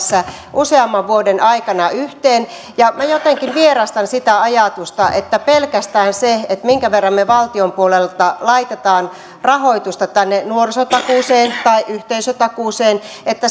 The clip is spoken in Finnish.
useamman vuoden aikana yhteen minä jotenkin vierastan sitä ajatusta että pelkästään se minkä verran me valtion puolelta laitamme rahoitusta tänne nuorisotakuuseen tai yhteisötakuuseen